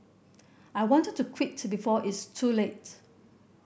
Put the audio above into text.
I wanted to quit to before it's too late